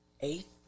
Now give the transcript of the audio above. eighth